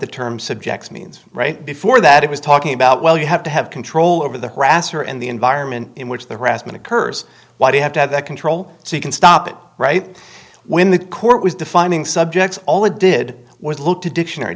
the term subjects means right before that it was talking about well you have to have control over the harasser and the environment in which the rassmann occurs why do you have to have that control so you can stop it right when the court was defining subjects all it did was look to dictionary